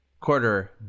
quarter